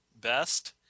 best